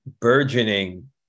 burgeoning